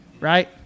right